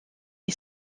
est